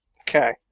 Okay